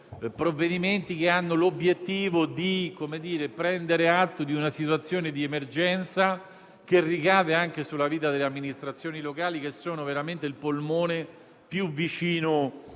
fine mandato, che hanno l'obiettivo di prendere atto di una situazione di emergenza che ricade anche sulla vita delle amministrazioni locali, che sono veramente il polmone più vicino